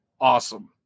awesome